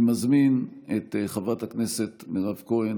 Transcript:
אני מזמין את חברת הכנסת מירב כהן.